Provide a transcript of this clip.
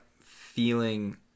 feeling